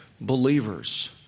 believers